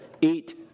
eat